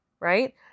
right